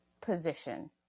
position